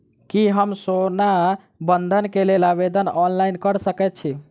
की हम सोना बंधन कऽ लेल आवेदन ऑनलाइन कऽ सकै छी?